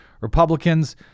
Republicans